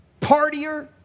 Partier